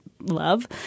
love